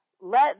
let